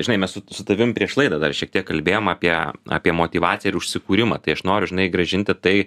žinai mes su su tavim prieš laidą dar šiek tiek kalbėjom apie apie motyvaciją ir užsikūrimą tai aš noriu žinai grąžinti tai